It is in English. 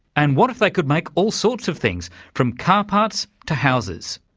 and what if they could make all sorts of things, from car parts to houses?